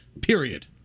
period